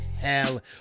hell